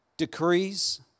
decrees